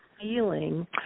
feeling